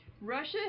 Russia